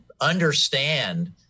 understand